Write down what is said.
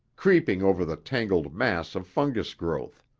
creeping over the tangled mass of fungus growth.